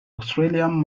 australian